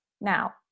Now